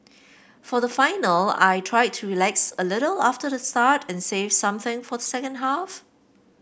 for the final I tried to relax a little after the start and save something for the second half